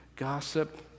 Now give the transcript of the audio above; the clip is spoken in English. gossip